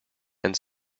and